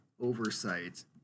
oversight